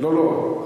לא לא,